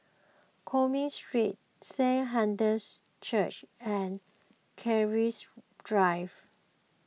Cumming Street Saint Hilda's Church and Keris Drive